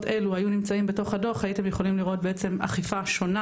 אלו היו נמצאים בתוך הדוח הייתם יכולים לראות בעצם אכיפה שונה,